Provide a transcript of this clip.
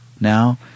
now